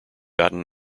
gotten